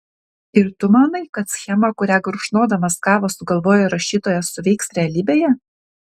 ir tu manai kad schema kurią gurkšnodamas kavą sugalvojo rašytojas suveiks realybėje